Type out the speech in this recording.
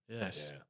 yes